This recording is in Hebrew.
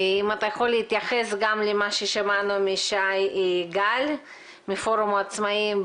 אם אתה יכול להתייחס גם למה ששמענו משי גל מפורום העצמאיים,